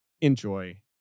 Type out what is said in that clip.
Enjoy